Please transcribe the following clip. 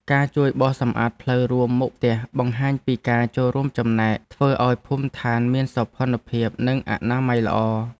ការជួយបោសសម្អាតផ្លូវរួមមុខផ្ទះបង្ហាញពីការចូលរួមចំណែកធ្វើឱ្យភូមិឋានមានសោភ័ណភាពនិងអនាម័យល្អ។